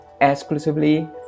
exclusively